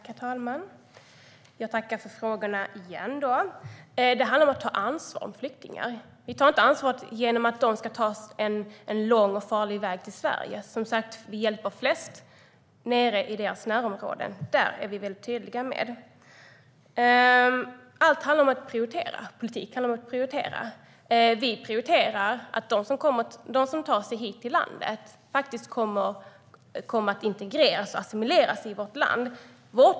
Herr talman! Jag tackar för frågorna. Det handlar om att ta ansvar för flyktingar. Vi tar inte ansvar genom att de ska ta en lång och farlig väg till Sverige. Vi hjälper flest i deras närområden. Det är vi väldigt tydliga med. Allt handlar om att prioritera. Politik handlar om att prioritera. Vi prioriterar att de som tar sig hit till landet faktiskt kommer att integreras och assimileras i vårt land.